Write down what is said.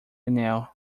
nail